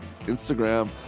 Instagram